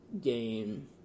game